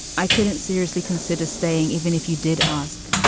i couldn't seriously consider staying even if you did ask.